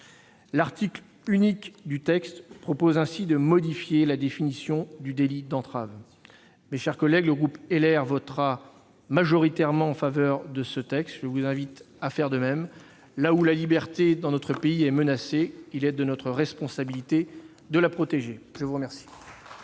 L'article unique du texte prévoit ainsi de modifier la définition du délit d'entrave. Mes chers collègues, le groupe Les Républicains votera majoritairement en faveur de ce texte. Je vous invite à faire de même. Là où la liberté dans notre pays est menacée, il est de notre responsabilité de la protéger. La discussion